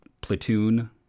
platoon